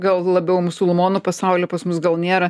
gal labiau musulmonų pasauly pas mus gal nėra